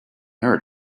her